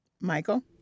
Michael